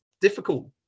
difficult